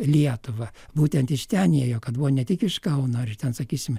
lietuvą būtent iš ten ėjo kad buvo ne tik iš kauno ar ten sakysim